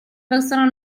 persona